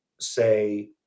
say